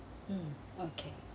mm okay